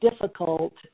difficult